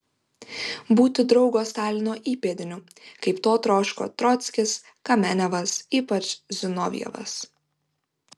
būti draugo stalino įpėdiniu kaip to troško trockis kamenevas ypač zinovjevas